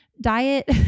diet